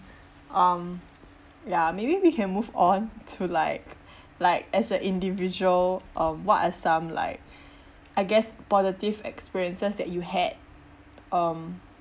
um ya maybe we can move on to like like as a individual um what are some like I guess positive experiences that you had um